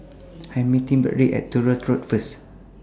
I Am meeting Bradly At Truro Road First